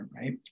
right